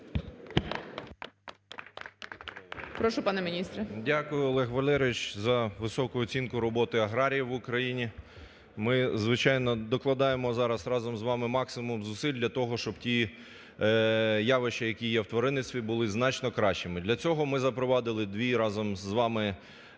Дякую, Олег Валерійович, за високу оцінку роботи аграріїв в Україні. Ми, звичайно, докладаємо зараз, разом з вами, максимум зусиль для того, щоб ті явища, які є у тваринництві, були значно кращими. Для цього ми запровадили дві, разом з вами, два